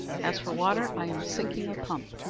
as for water, i am sinking a pump,